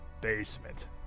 basement